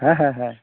ᱦᱮᱸ ᱦᱮᱸ ᱦᱮᱸ